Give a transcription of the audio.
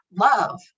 love